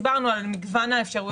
דיברנו על מגוון האפשרויות.